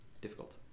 difficult